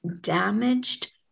damaged